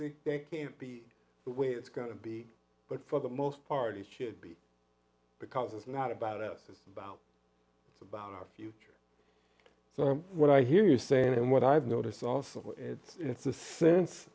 cases they can't be the way it's going to be but for the most part it should be because it's not about us is about it's about our future so what i hear you saying and what i've noticed also it's a sense